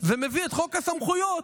ומביא את חוק הסמכויות,